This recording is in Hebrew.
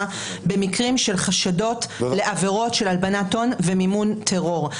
במקרים של חשדות לעבירות של הלבנת הון ומימון טרור.